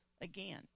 again